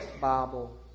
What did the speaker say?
Bible